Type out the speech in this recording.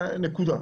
נקודה.